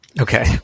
Okay